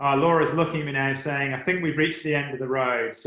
ah laura's looking at me now saying i think we've reached the end of the road.